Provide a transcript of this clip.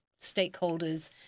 stakeholders